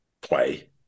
play